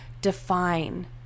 define